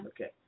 Okay